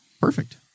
Perfect